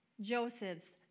Joseph's